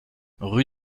rue